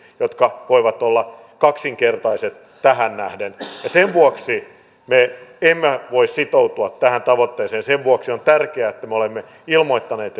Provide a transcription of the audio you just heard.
jotka voivat olla kaksinkertaiset tähän nähden sen vuoksi me emme voi sitoutua tähän tavoitteeseen sen vuoksi on tärkeää että me olemme ilmoittaneet